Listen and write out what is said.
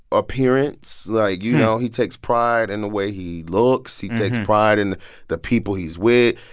appearance. like, you know, he takes pride in the way he looks. he takes pride in the people he's with.